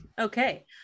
Okay